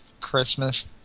Christmas